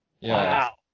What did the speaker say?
Wow